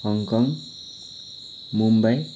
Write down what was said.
Hong Kong Mumbai